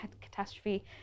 catastrophe